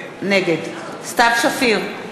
נגד סתיו שפיר,